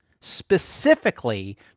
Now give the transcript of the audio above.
specifically